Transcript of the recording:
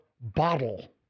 bottle